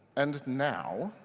and now,